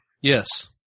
Yes